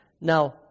Now